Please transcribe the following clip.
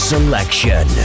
Selection